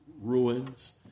ruins